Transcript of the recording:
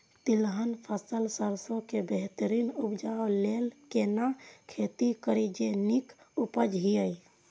तिलहन फसल सरसों के बेहतरीन उपजाऊ लेल केना खेती करी जे नीक उपज हिय?